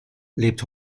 lebt